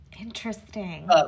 Interesting